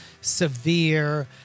severe